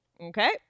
okay